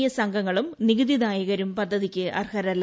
S അംഗങ്ങളും നികുതി ദായകരും പദ്ധതിക്ക് അർഹരല്ല